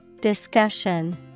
Discussion